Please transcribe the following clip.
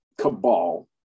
cabal